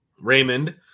Raymond